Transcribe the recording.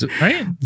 Right